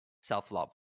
self-love